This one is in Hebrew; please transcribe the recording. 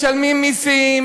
משלמים מסים,